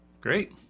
Great